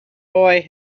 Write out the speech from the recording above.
boy